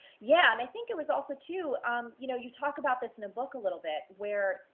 yeah, and i think it was also too um you know you talk about this in the book a little bit where,